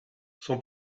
son